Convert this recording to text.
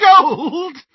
Gold